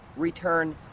return